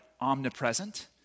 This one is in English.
omnipresent